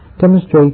demonstrate